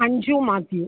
Anju Mathew